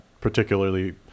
particularly